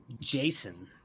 Jason